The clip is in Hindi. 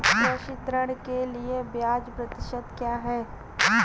कृषि ऋण के लिए ब्याज प्रतिशत क्या है?